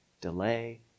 delay